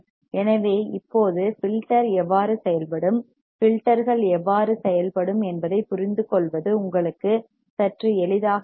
எனவே இப்போது ஃபில்டர் எவ்வாறு செயல்படும் ஃபில்டர்கள் எவ்வாறு செயல்படும் என்பதைப் புரிந்துகொள்வது உங்களுக்கு சற்று எளிதாக இருக்கும்